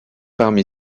parmi